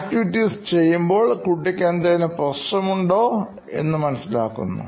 ആക്ടിവിറ്റീസ്ചെയ്യുമ്പോൾ കുട്ടിക്ക് എന്തെങ്കിലും പ്രശ്നം ഉണ്ടോ എന്ന് മനസ്സിലാക്കുന്നു